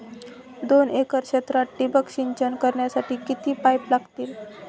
दोन एकर क्षेत्रात ठिबक सिंचन करण्यासाठी किती पाईप लागतील?